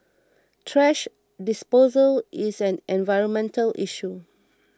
thrash disposal is an environmental issue